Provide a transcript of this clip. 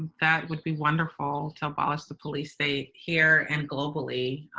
that would be wonderful to abolish the police state here and globally